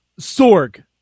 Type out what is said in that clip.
sorg